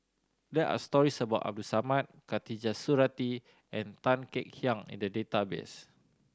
there are stories about Abdul Samad Khatijah Surattee and Tan Kek Hiang in the database